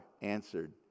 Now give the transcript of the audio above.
answered